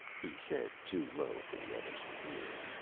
he said, too low for the others to hear.